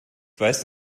weiß